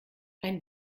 ein